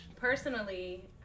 Personally